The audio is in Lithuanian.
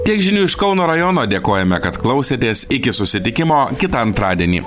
tiek žinių iš kauno rajono dėkojame kad klausėtės iki susitikimo kitą antradienį